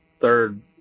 third